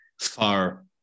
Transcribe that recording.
far